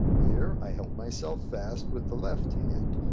here i held myself fast with the left hand,